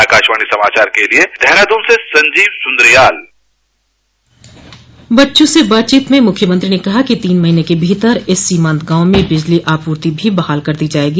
आकाशवाणी समाचार के लिए देहरादून से संजीव सुन्द्रियाल वीड़ियो कांफ्रेंसिंग जारी बच्चों से बातचीत में मुख्यमंत्री ने कहा कि तीन महीने के भीतर इस सीमान्त गांव में बिजली आपूर्ति भी बहाल कर दी जायेगी